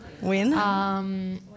Win